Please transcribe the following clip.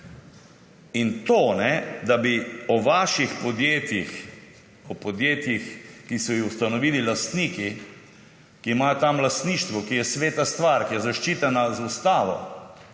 In to, da bi o vaših podjetjih, o podjetjih, ki so jih ustanovili lastniki, ki imajo tam lastništvo, ki je sveta stvar, ki je zaščiteno z ustavo,